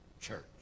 church